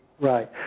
Right